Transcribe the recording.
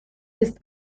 ist